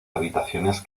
habitaciones